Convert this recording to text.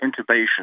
intubation